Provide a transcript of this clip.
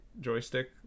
joystick